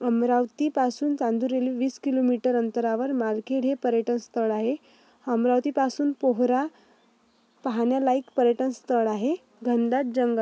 अमरावतीपासून चांदूर रेल्व वीस किलोमीटर अंतरावर मालखेड हे पर्यटनस्थळ आहे अमरावतीपासून पोहरा पाहण्यालायक पर्यटनस्थळ आहे घनदाट जंगल